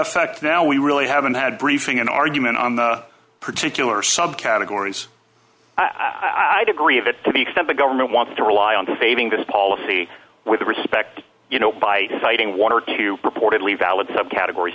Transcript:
effect now we really haven't had briefing an argument on the particular subcategories i'd agree of it to the extent the government wants to rely on saving this policy with respect you know by citing one or two purportedly valid subcategor